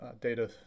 data